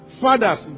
fathers